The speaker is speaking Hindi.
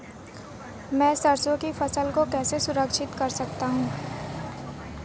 मैं सरसों की फसल को कैसे संरक्षित कर सकता हूँ?